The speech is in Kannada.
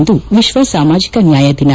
ಇಂದು ವಿಶ್ವ ಸಾಮಾಜಿಕ ನ್ನಾಯ ದಿನ